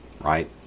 right